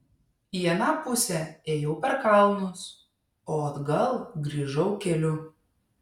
į aną pusę ėjau per kalnus o atgal grįžau keliu